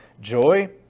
Joy